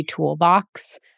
toolbox